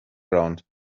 ground